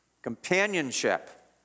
Companionship